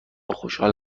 خوشحال